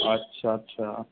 अछा अछा